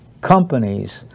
companies